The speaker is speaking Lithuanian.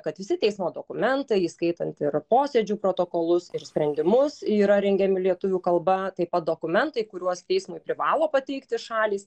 kad visi teismo dokumentai įskaitant ir posėdžių protokolus ir sprendimus yra rengiami lietuvių kalba taip pat dokumentai kuriuos teismui privalo pateikti šalys